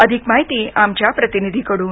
अधिक माहिती आमच्या प्रतिनिधीकडून